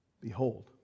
Behold